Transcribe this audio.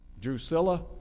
Drusilla